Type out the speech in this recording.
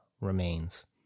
remains